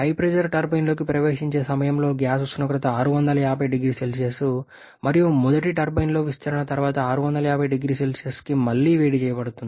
HP టర్బైన్లోకి ప్రవేశించే సమయంలో గ్యాస్ ఉష్ణోగ్రత 650 0C మరియు మొదటి టర్బైన్లో విస్తరణ తర్వాత 650 0Cకి మళ్లీ వేడి చేయబడుతుంది